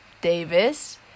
Davis